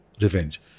revenge